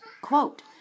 quote